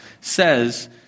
says